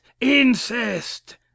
incest